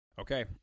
Okay